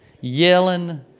yelling